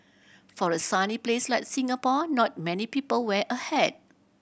for a sunny place like Singapore not many people wear a hat